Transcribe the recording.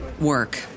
work